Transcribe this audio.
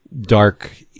dark